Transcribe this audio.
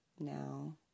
now